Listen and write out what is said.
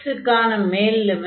x க்கான மேல் limit yx24 ஆகும்